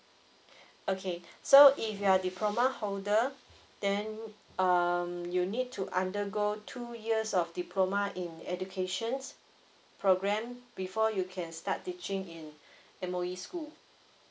okay so if you are diploma holder then um you need to undergo two years of diploma in educations programme before you can start teaching in M_O_E school